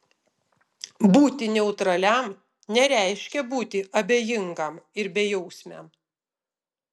būti neutraliam nereiškia būti abejingam ir bejausmiam